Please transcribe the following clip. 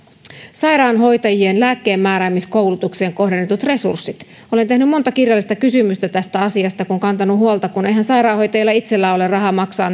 sairaanhoitajien lääkkeenmääräämiskoulutukseen kohdennetut resurssit olen tehnyt monta kirjallista kysymystä tästä asiasta kun olen kantanut huolta siitä että eihän sairaanhoitajilla itsellään ole rahaa maksaa